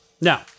Now